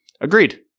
Agreed